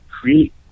create